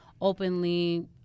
openly